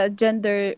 gender